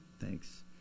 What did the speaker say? Thanks